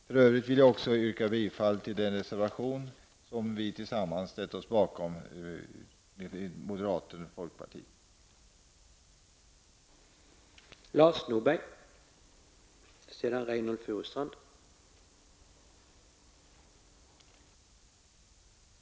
För övrigt yrkar jag bifall till den reservation som vi tillsammans med moderaterna, folkpartiet och miljöpartiet ställt oss bakom.